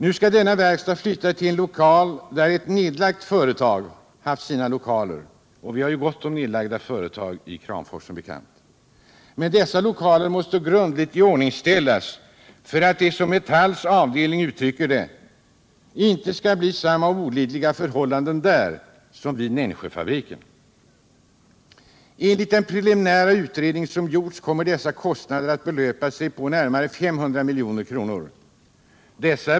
Nu skall den här verkstaden flyttas till lokaler där ett nedlagt företag haft sin verksamhet — och vi har som bekant gott om nedlagda företag i Kramfors. Men dessa lokaler måste grundligt iordningställas för att det, som Metalls avdelning uttrycker det, inte skall bli samma olidliga förhållanden där som vid Nensjöfabriken. Enligt den preliminära undersökning som gjorts kommer dessa kostnader att belöpa sig till närmare 5 milj.kr.